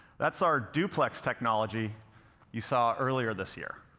that's our duplex technology you saw earlier this year.